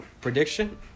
Prediction